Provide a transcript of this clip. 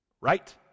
Right